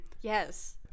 Yes